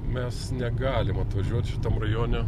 mes negalim atvažiuot šitam rajone